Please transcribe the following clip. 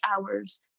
hours